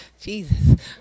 Jesus